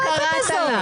למה את צועקת עליה?